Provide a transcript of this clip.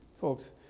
folks